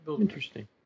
Interesting